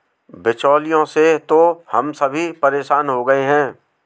बिचौलियों से तो हम सभी परेशान हो गए हैं